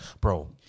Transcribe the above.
Bro